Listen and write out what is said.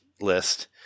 list